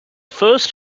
first